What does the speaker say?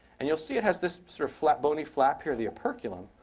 and you'll see it has this sort of flat, bony flap here, the operculum,